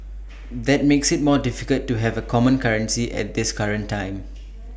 that makes IT more difficult to have A common currency at this current time